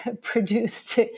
produced